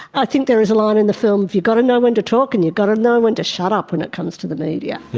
i think there is a line in the film, you've got to know when to talk and you've got to know when to shut up when it comes to the media.